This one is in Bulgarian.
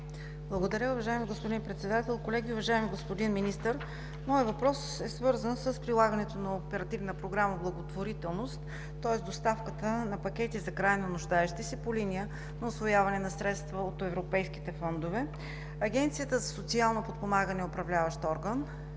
Благодаря. Уважаеми господин Председател, колеги! Уважаеми господин Министър, моят въпрос е свързан с прилагането на Оперативна програма „Благотворителност“, тоест доставката на пакети за крайно нуждаещи се по линия на усвояване на средства от европейските фондове. Агенцията за социално подпомагане е управляващ орган